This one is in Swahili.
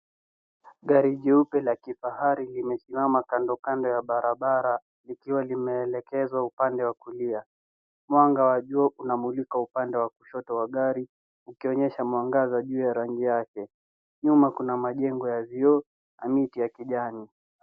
Gari jeupe la kifahari limesimama kando kando ya barabara likiwa limeelekezwa upande wa kulia. Mwanga wa jua unamulika upande wa kushoto wa gari ukionyesha mwangaza juu ya rangi yake. Nyuma kuna majengo ya vioo na miti ya kijani.